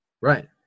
Right